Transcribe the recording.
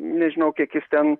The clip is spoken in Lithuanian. nežinau kiek jis ten